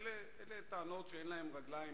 שאלה נוספת לחבר הכנסת נחמן